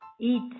eat